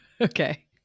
Okay